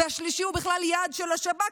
והשלישי הוא בכלל יעד של השב"כ,